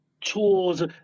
tools